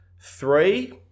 Three